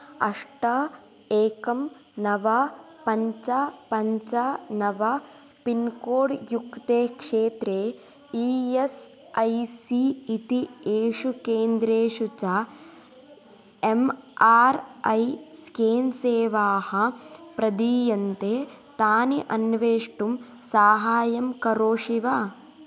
अष्ट एकं नव पञ्च पञ्च नव पिन्कोड् युक्ते क्षेत्रे ई एस् ऐ सी इति येषु केन्द्रेषु च एम् आर् ऐ स्केन् सेवाः प्रदीयन्ते तानि अन्वेष्टुं साहाय्यं करोषि वा